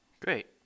Great